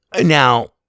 now